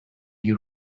you